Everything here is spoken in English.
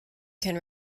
can